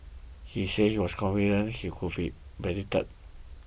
he said he was confident he would be